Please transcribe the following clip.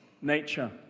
nature